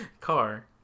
car